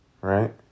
right